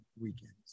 weekends